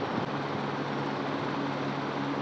harvest ক্যরার পরে ফসলকে ঠিক ভাবে সংরক্ষল ক্যরা হ্যয়